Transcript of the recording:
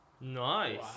Nice